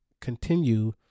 continue